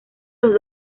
los